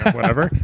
whatever.